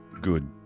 good